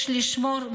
יש לשמור,